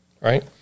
right